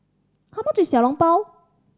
how much is Xiao Long Bao